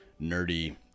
nerdy